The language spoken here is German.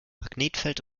magnetfeld